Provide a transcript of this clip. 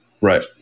Right